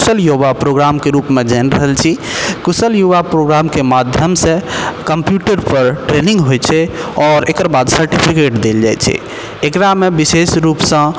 कुशल युवा प्रोग्रामके रूपमे जानि रहल छी कुशल युवा प्रोग्रामके माध्यम से कम्प्यूटर पर ट्रेनिंग होइ छै आओर एकरबाद सर्टिफिकेट देल जाइ छै एकरामे विशेष रूप सँ